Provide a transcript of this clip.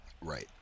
right